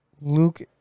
Luke